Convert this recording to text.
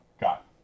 got